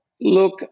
Look